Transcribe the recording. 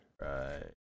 Right